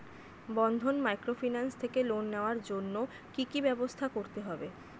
বন্ধন microfinance থেকে loan নেওয়ার জন্য কি কি ব্যবস্থা করতে হবে?